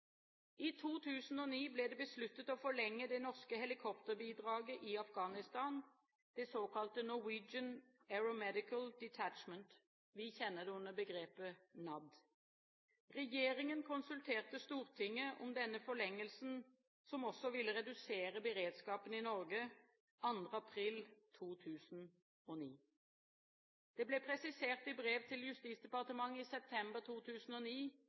I 2009 ble det besluttet å forlenge det norske helikopterbidraget i Afghanistan, det såkalte Norwegian Aeromedical Detachment – vi kjenner det som NAD. Regjeringen konsulterte Stortinget om denne forlengelsen som også ville redusere beredskapen i Norge, 2. april 2009. Det ble presisert i brev til Justisdepartementet i september 2009